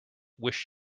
wish